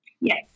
Yes